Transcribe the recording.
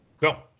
Go